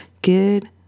Good